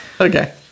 Okay